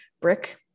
brick